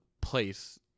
place